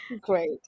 Great